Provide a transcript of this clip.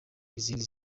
izindi